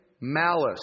Malice